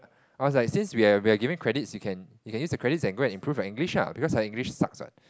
I was like since we're we're giving credits you can you can use the credits and go and improve your English ah because her English sucks what